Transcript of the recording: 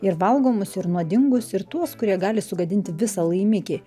ir valgomus ir nuodingus ir tuos kurie gali sugadinti visą laimikį